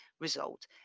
result